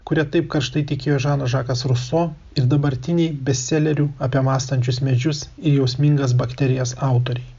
kuria taip karštai tikėjo žanas žakas ruso ir dabartiniai bestselerių apie mąstančius medžius ir jausmingas bakterijas autoriai